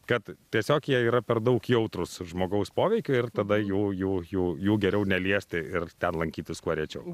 kad tiesiog jie yra per daug jautrūs žmogaus poveikiui ir tada jų jų jų jų geriau neliesti ir ten lankytis kuo rečiau